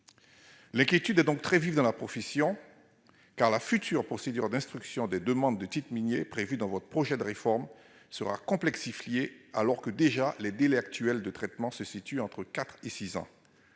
L'inquiétude est donc très vive dans la profession, car la future procédure d'instruction des demandes de titres miniers prévue dans votre projet de réforme sera plus complexe, alors que, déjà, les délais actuels de traitement se situent entre quatre et